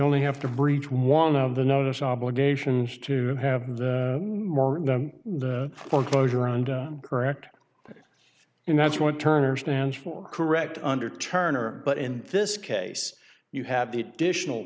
only have to breach one of the notice obligations to have more foreclosure and correct and that's what turner stands for correct under turner but in this case you have the additional